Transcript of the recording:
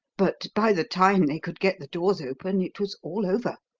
but by the time they could get the doors open it was all over.